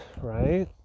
right